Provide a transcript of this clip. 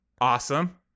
Awesome